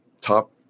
top